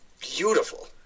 beautiful